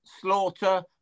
slaughter